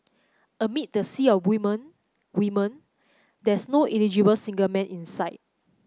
amid the sea of women women there's no eligible single man in sight